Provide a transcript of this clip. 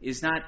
is not